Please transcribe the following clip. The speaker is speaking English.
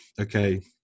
okay